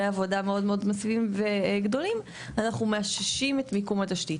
עבודה מאוד מאוד מאסיביים וגדולים אנחנו מאששים את מיקום התשתית.